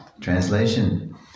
Translation